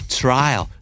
trial